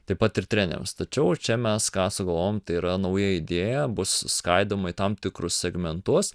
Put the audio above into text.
taip pat ir treneriams tačiau čia mes ką sugalvojom tai yra nauja idėja bus skaidoma į tam tikrus segmentus